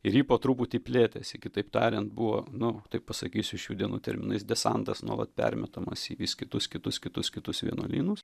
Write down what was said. ir ji po truputį plėtėsi kitaip tariant buvo nu taip pasakysiu šių dienų terminais desantas nuolat permetamas į vis kitus kitus kitus kitus vienuolynus